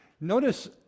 Notice